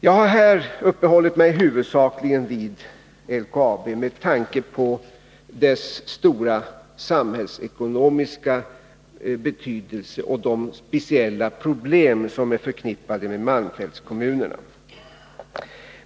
Jag har här huvudsakligen uppehållit mig vid LKAB, med tanke på dess stora samhällsekonomiska betydelse och de speciella problem som är förknippade med malmfältskommunerna.